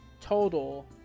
total